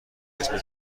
اسم